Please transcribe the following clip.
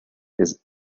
his